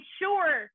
sure